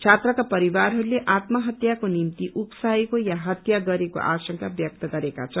छात्राका परिवारहरूले आत्महत्याको निम्ति उक्साएको यो हत्या गरेको आशंका व्यक्त गरेका छन्